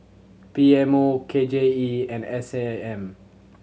P M O K J E and S A M